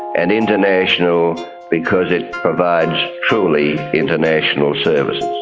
and international because it provides truly international services.